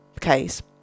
case